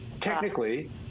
technically